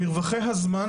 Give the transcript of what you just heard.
מרווחי הזמן